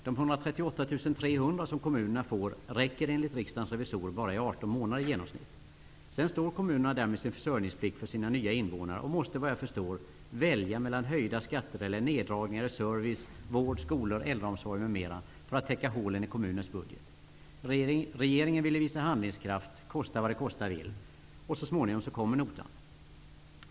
De 138 300 kr som kommunerna får räcker enligt riksdagens revisorer i genomsnitt bara i 18 månader. Sedan står kommunerna där med sin försörjningsplikt för sina nya invånare och måste såvitt jag förstår välja mellan höjda skatter eller neddragningar i service, vård, skolor, äldreomsorg m.m. för att täcka hålen i kommunens budget. Regeringen ville visa handlingskraft -- kosta vad det kosta vill -- och så småningom kommer notan.